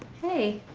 hey,